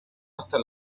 hasta